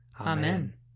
Amen